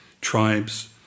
tribes